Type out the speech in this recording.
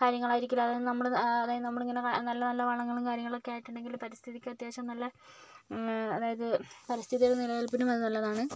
കാര്യങ്ങളായിരിക്കില്ല അതായത് നമ്മുടെ അതായത് നമ്മളിങ്ങനെ നല്ല നല്ല വളങ്ങളും കാര്യങ്ങളൊക്കെ ആ ഇട്ടിട്ടുണ്ടെങ്കിൽ പരിസ്ഥിതിക്ക് അത്യാവശ്യം നല്ല അതായത് പരിസ്ഥിതിയുടെ നിലനിൽപ്പിനും അത് നല്ലതാണ്